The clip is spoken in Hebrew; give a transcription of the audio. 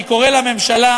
אני קורא לממשלה,